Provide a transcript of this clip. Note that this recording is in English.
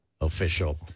official